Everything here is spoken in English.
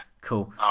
Cool